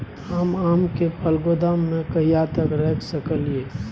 हम आम के फल गोदाम में कहिया तक रख सकलियै?